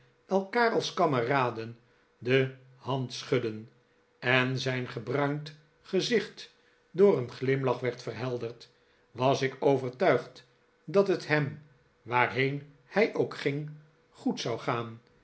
elkaar als kameraden de hand schudden en zijn gebruind gezicht door een glimlach werd verhelderd was ik overtuigd dat het hem waarheen hij ook ging goed zou gaan